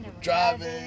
Driving